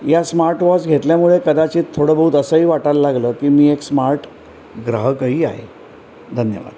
या smart watch घेतल्यामुळे कदाचित थोडं बहुत असंही वाटायला लागलं की मी एक स्मार्ट ग्राहकही आहे धन्यवाद